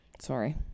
sorry